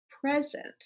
present